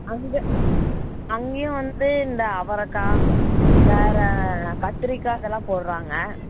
அங்கெ அங்கேயும் வந்து இந்த அவரக்காய் வேறு கத்திரிக்காய் இதெல்லாம் போடுறாங்க